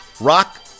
Rock